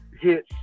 hit